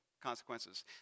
consequences